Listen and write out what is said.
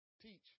teach